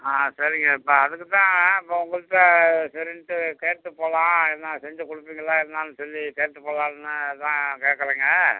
ஆ சரிங்க இப்போ அதுக்குத் தான் இப்போ உங்கள்ட்ட சரின்ட்டு கேட்டுப் போகலாம் என்ன செஞ்சு கொடுப்பீங்களா என்னன்னு சொல்லி கேட்டுப் போகலான்னு தான் கேட்கறேங்க